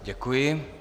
Děkuji.